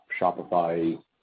Shopify